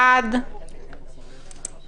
הצבעה הצעת חוק סמכויות מיוחדות להתמודדות עם